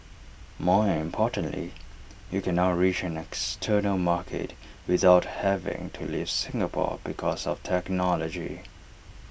more importantly you can now reach an external market without having to leave Singapore because of technology